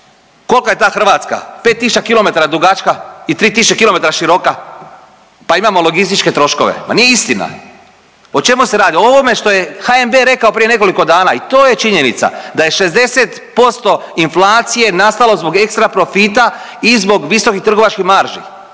Kolika je ta Hrvatska, 5000 km dugačka i 3 tisuće km široka, pa imamo logističke troškove? Ma nije istina. O čemu se radi? O ovome što je HNB rekao prije nekoliko dana i to je činjenica, da je 60% inflacije nastalo zbog ekstraprofita i zbog visokih trgovačkih marži.